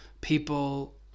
people